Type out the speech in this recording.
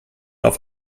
auf